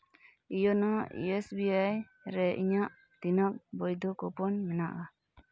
YONO S B I ᱨᱮ ᱤᱧᱟᱹᱜ ᱛᱤᱱᱟᱹᱜ ᱵᱳᱭᱫᱷᱚ ᱠᱩᱯᱚᱱ ᱢᱮᱱᱟᱜᱼᱟ